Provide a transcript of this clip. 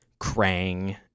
Krang